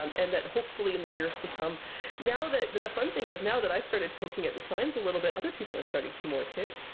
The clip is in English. um and that, hopefully, in the years to come now that then the fun thing is now that i started looking at the signs a little bit, other people are starting to more too.